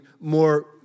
more